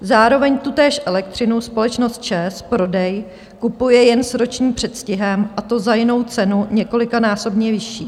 Zároveň tutéž elektřinu společnost ČEZ Prodej kupuje jen s ročním předstihem, a to za jinou cenu, několikanásobně vyšší.